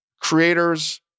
creators